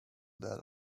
that